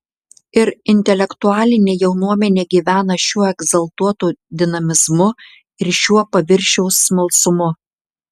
ir intelektualinė jaunuomenė gyvena šiuo egzaltuotu dinamizmu ir šiuo paviršiaus smalsumu